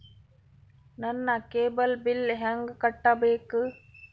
ನನ್ನ cable bill ಹೆಂಗ ಕಟ್ಟಬೇಕು?